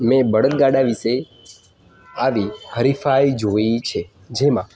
મેં બળદગાડા વિશે આવી હરીફાઈ જોઈ છે જેમાં